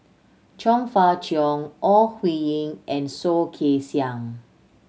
Chong Fah Cheong Ore Huiying and Soh Kay Siang